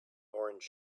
orange